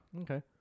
Okay